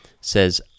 says